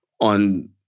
on